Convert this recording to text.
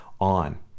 on